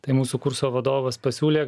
tai mūsų kurso vadovas pasiūlė